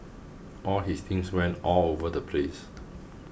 all his things went all over the place